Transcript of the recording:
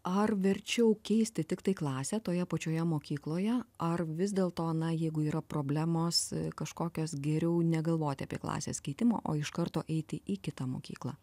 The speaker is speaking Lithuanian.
ar verčiau keisti tiktai klasę toje pačioje mokykloje ar vis dėl to na jeigu yra problemos kažkokios geriau negalvoti apie klasės keitimą o iš karto eiti į kitą mokyklą